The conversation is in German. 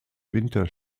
winter